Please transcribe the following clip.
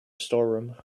storeroom